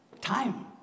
Time